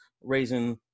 raising